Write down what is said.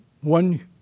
one